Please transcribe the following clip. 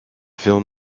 film